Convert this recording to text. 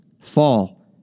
fall